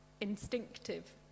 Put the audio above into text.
instinctive